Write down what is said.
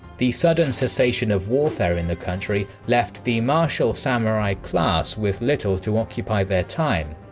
the sudden cessation of warfare in the country left the martial samurai class with little to occupy their time.